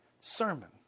sermon